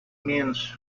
mince